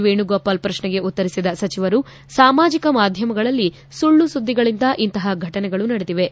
ವೇಣುಗೋಪಾಲ್ ಪ್ರಶ್ನೆಗೆ ಉತ್ತರಿಸಿದ ಸಚಿವರು ಸಾಮಾಜಿಕ ಮಾಧ್ವಮಗಳಲ್ಲಿ ಸುಳ್ಳು ಸುದ್ದಿಗಳಿಂದ ಇಂತಹ ಫಟನೆಗಳು ನಡೆದಿವೆ